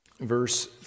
verse